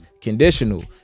conditional